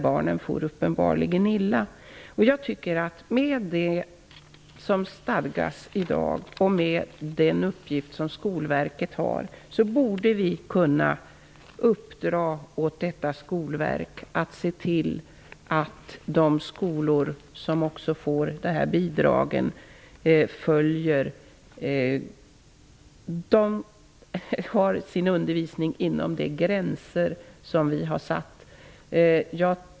Barnen for uppenbarligen illa. Med det som i dag stadgas och med den uppgift som Skolverket har borde vi kunna uppdra åt Skolverket att se till att de skolor som får dessa bidrag bedriver sin undervisning inom de gränser som är satta.